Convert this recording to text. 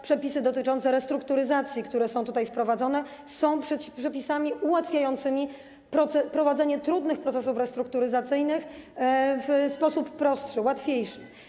Przepisy dotyczące restrukturyzacji, które są tutaj wprowadzane, są przepisami ułatwiającymi prowadzenie trudnych procesów restrukturyzacyjnych w sposób prostszy, łatwiejszy.